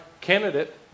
candidate